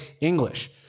English